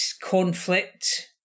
conflict